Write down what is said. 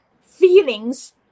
feelings